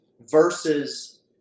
versus